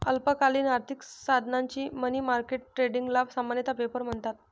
अल्पकालीन आर्थिक साधनांच्या मनी मार्केट ट्रेडिंगला सामान्यतः पेपर म्हणतात